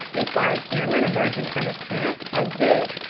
inquired cameron, emerging from his tent as dick,